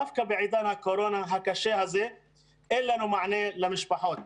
דווקא בעידן הקורונה הקשה הזה אין לנו מענה למשפחות.